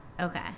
Okay